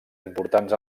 importants